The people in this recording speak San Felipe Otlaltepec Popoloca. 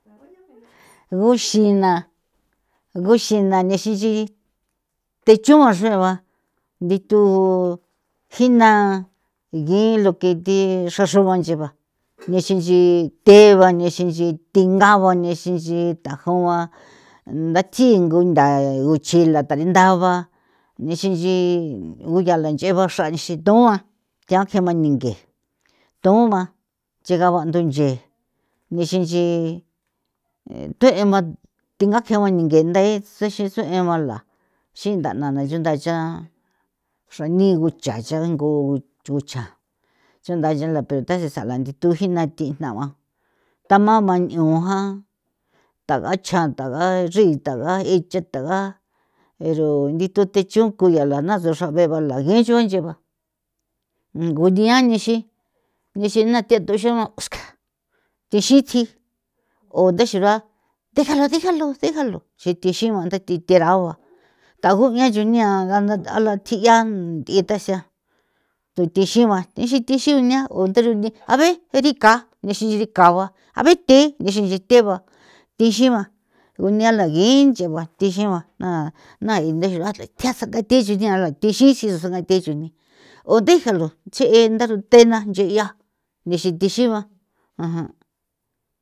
guxina guxina nixi nchi gi techua xrue ba ndithu jina gi lo que thi xra xru'a nche ba gexin nchi the ba nexinchi thingaba nexin nchin tajun a ndatji ngu ntha guchila tarin nda ba nexin nchi guyala nche ba xra nixi toan thiakje ba ninge toan nchega ba nthu gunche nexinchi ee tjue'e ba thingakji ba ningee nthe tse xi sue'e ba la xi ntha na na chunda chaa xra ni gucha'a cha ngu chjucha chunda ya la pero tha si sala nthi thu jina thi jnagua tamama niu ja thaga cha taga nchri taga icha taga ero nchi thu the cho ko ya lana se xra be'e ba la gencho nche ba nixin inchi ba gunia nixi nixi na thethuxion o sca thixi tji o nthexega déjalo déjalo déjalo nche thexigua nda the thi ragua thajo'ia chujnia nganda tala tji'a nthi thaxa ko thi xigua ixi thi xi uniaa o nthara nthiee ave erika nixi irika'ua ave the ixi nche the ba thi xiua unialah gii nche guate ixi gua na nai nthe xru a the tsiasa nga thi chujniara thi xi tsi tsjuso ngathe chujni o déjalo xe'e ntha ruthe'e na nche'ia nexin thi xiba.